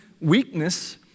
weakness